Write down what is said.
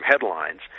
headlines